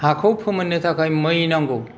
हाखौ फोमोननो थाखाय मै नांगौ